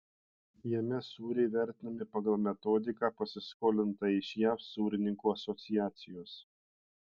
jame sūriai vertinami pagal metodiką pasiskolintą iš jav sūrininkų asociacijos